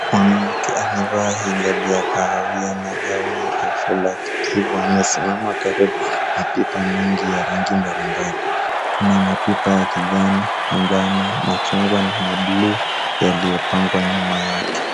Mwanamke anavaa hijab ya kahawia na gauni refu la kijivu amesimama karibu na mapipa mingi za rangi mbalimbali. Kuna mapipa za kijani, manjano machungwa na mablue yaliopangwa nyuma yake.